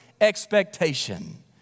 expectation